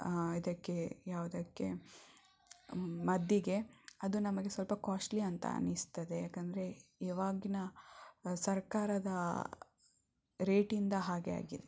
ಇದಕ್ಕೆ ಯಾವುದಕ್ಕೆ ಮದ್ದಿಗೆ ಅದು ನಮಗೆ ಸ್ವಲ್ಪ ಕಾಶ್ಟ್ಲಿ ಅಂತ ಅನಿಸ್ತದೆ ಯಾಕಂದರೆ ಇವಾಗಿನ ಸರ್ಕಾರದ ರೇಟಿಂದ ಹಾಗೆ ಆಗಿದೆ